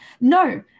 No